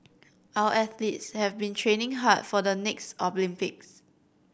our athletes have been training hard for the next Olympics